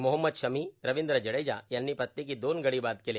मोहम्मद शमी रविंद्र जडेजा यांनी प्रत्येकी दोन गडी बाद केले